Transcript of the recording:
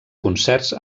concerts